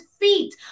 feet